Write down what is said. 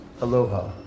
aloha